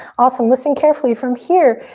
awesome, listen carefully. from here,